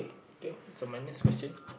okay so my next question